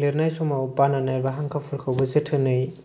लिरनाय समाव बानान एबा हांखोफोरखौबो जोथोनै